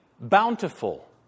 bountiful